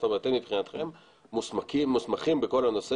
זאת אומרת אתם מבחינתכם מוסמכים בכל הנושא